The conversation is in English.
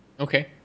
okay